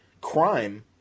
crime